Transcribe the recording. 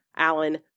Alan